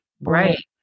right